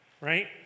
right